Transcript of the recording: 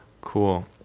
cool